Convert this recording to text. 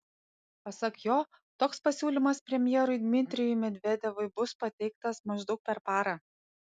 pasak jo toks pasiūlymas premjerui dmitrijui medvedevui bus pateiktas maždaug per parą